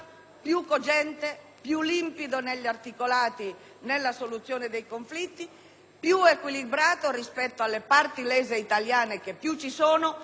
più cogente, più limpido nell'articolato e nella soluzione dei conflitti e più equilibrato rispetto alle parti lese italiane, che pure ci sono.